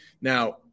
Now